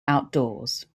outdoors